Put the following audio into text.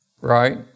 Right